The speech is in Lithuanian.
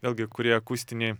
vėlgi kurie akustiniai